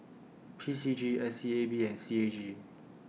P C G S E A B and C A G